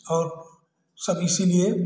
और सब इसीलिए